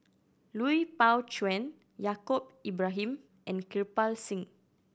Lui Pao Chuen Yaacob Ibrahim and Kirpal Singh